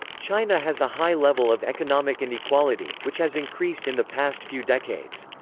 china has a high level of economic inequality, which has increased in the past few decades.